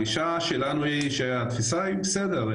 הגישה שלנו היא שהתפיסה היא בסדר,